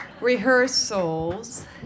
Rehearsals